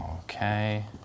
okay